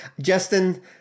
Justin